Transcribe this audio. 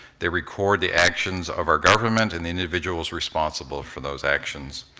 they record the actions of our government and the individuals responsible for those actions.